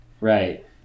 Right